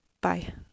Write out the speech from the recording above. bye